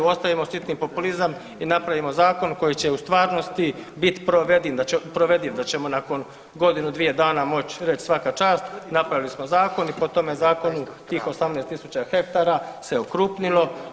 Ostavimo sitni populizam i napravimo zakon koji će u stvarnosti biti provediv, da ćemo nakon godinu, dvije dana moći reći svaka čast, napravili smo zakon i po tom zakonu tih 18000 ha se okrupnilo.